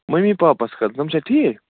mummy پاپس خٲطرٕ تُم چھا ٹھیٖک